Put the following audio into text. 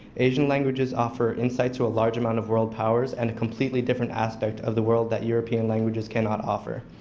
asian languages offer insights to a large amount of world powers, and a completely different aspect of the world that european languages cannot offer.